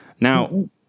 Now